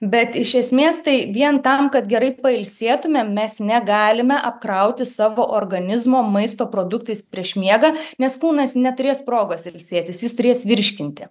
bet iš esmės tai vien tam kad gerai pailsėtumėm mes negalime apkrauti savo organizmo maisto produktais prieš miegą nes kūnas neturės progos ilsėtis jis turės virškinti